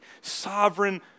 Sovereign